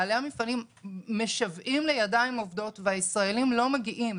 בעלי המפעלים משוועים לידיים עובדים והישראלים לא מגיעים.